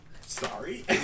Sorry